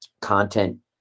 content